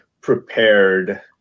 prepared